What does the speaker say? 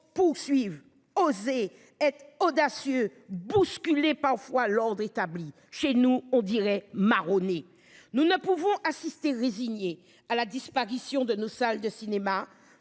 poursuivre oser être audacieux bousculées, parfois l'ordre établi. Chez nous on dirait Maroni. Nous ne pouvons assister résigné à la disparition de nos salles de cinéma,